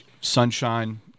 sunshine